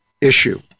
issue